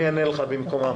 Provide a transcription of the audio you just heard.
אני אענה לך במקומם.